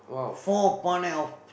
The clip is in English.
four பானை:paanai of